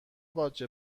باجه